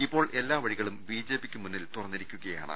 ഇപ്പോൾ എല്ലാ വഴി കളും ബി ജെ പിക്കുമുന്നിൽ തുറന്നിരിക്കുകയാണ്